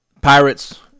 Pirates